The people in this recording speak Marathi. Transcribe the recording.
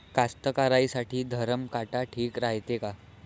कास्तकाराइसाठी धरम काटा ठीक रायते का?